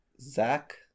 zach